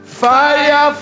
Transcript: fire